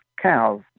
cows